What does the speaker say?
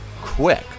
Quick